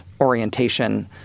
orientation